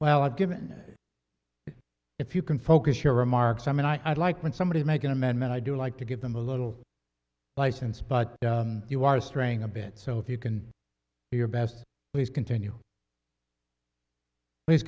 well i've given if you can focus your remarks i mean i'd like when somebody make an amendment i do like to give them a little license but you are straying a bit so if you can do your best please continue please